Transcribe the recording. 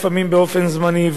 לפעמים באופן זמני,